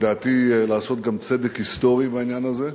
לדעתי לעשות גם צדק היסטורי בעניין הזה.